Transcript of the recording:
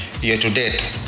year-to-date